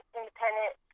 independent